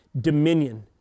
dominion